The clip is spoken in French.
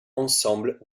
ensemble